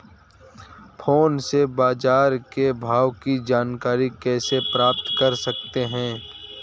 Phone से बाजार के भाव की जानकारी कैसे प्राप्त कर सकते हैं?